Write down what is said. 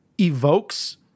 evokes